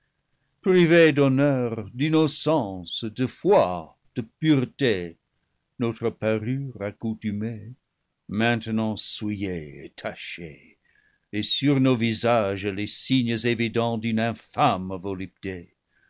privés d'honneur d'innocence de foi de pureté notre parure accoutumée maintenant souillée et tachée et sur nos visages les signes évidents d'une infâme volupté